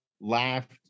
laughed